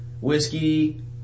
whiskey